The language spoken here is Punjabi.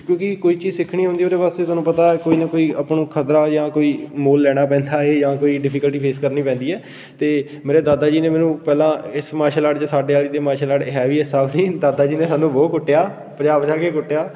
ਕਿਉਂਕਿ ਕੋਈ ਚੀਜ਼ ਸਿੱਖਣੀ ਹੁੰਦੀ ਉਹਦੇ ਵਾਸਤੇ ਤੁਹਾਨੂੰ ਪਤਾ ਕੋਈ ਨਾ ਕੋਈ ਆਪਾਂ ਨੂੰ ਖ਼ਤਰਾ ਜਾਂ ਕੋਈ ਮੂਲ ਲੈਣਾ ਪੈਂਦਾ ਹੈ ਜਾਂ ਕੋਈ ਡਿਫੀਕਲਟੀ ਫੇਸ ਕਰਨੀ ਪੈਂਦੀ ਹੈ ਅਤੇ ਮੇਰੇ ਦਾਦਾ ਜੀ ਨੇ ਮੈਨੂੰ ਪਹਿਲਾਂ ਇਸ ਮਾਰਸ਼ਲ ਆਰਟ 'ਚ ਅਤੇ ਸਾਡੇ ਵਾਲੀ ਤਾਂ ਮਾਰਸ਼ਲ ਆਰਟ ਹੈ ਵੀ ਇਸ ਸਾਲ ਸੀ ਦਾਦਾ ਜੀ ਨੇ ਸਾਨੂੰ ਬਹੁਤ ਕੁੱਟਿਆ ਭਜਾ ਭਜਾ ਕੇ ਕੁੱਟਿਆ